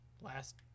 last